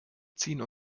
ziehen